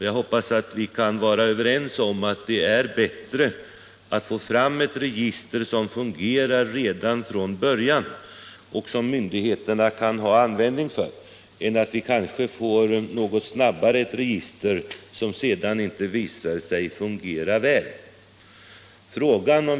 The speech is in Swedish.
Jag hoppas att vi kan vara överens om att det är bättre att vi får fram ett register som fungerar redan från början, och som myndigheterna kan ha användning för, än att vi kanske något snabbare får ett register som sedan inte visar sig fungera väl.